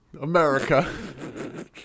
America